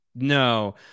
No